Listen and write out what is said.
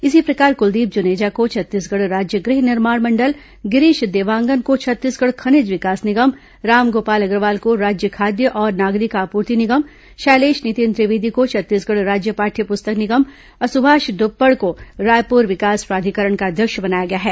इसी प्रकार कुलदीप जुनेजा को छत्तीसगढ़ राज्य गृह निर्माण मण्डल गिरीश देवांगन को छत्तीसगढ़ खनिज विकास निगम रामगोपाल अग्रवाल को राज्य खाद्य और नागरिक आपूर्ति निगम शैलेष नितिन त्रिवेदी को छत्तीसगढ़ राज्य पाठ्य प्रस्तक निगम और सुभाष ध्यपड़ को रायपुर विकास प्राधिकरण का अध्यक्ष बनाया गया है